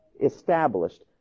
established